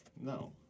No